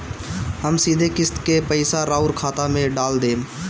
हम सीधे किस्त के पइसा राउर खाता में डाल देम?